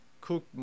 cook